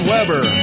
Weber